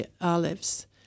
Olives